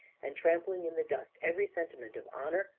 and trampling in the dust every sentiment of honour,